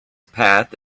path